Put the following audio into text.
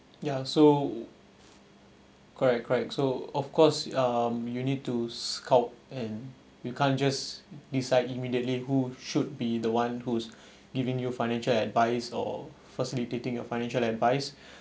ya so correct correct so of course um you need to scout and you can't just decide immediately who should be the one who's giving you financial advice or facilitating a financial advice